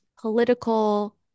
political